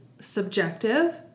subjective